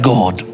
God